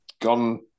gone